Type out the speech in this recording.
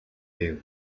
view